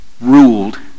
ruled